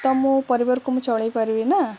ତ ମୁଁ ପରିବାରକୁ ମୁଁ ଚଳେଇପାରିବି ନା